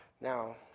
Now